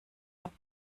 habt